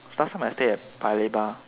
last time I stay at paya-lebar